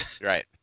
Right